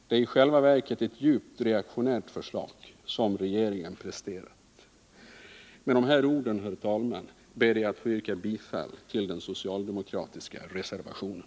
Det är i själva verket ett djupt reaktionärt förslag som regeringen presterat. Med dessa ord, herr talman, ber jag att få yrka bifall till den socialdemokratiska reservationen.